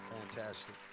Fantastic